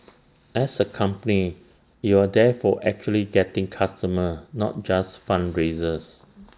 as A company you are therefore actually getting customers not just fundraisers